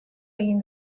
egin